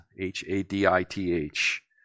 H-A-D-I-T-H